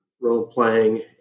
role-playing